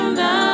now